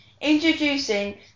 Introducing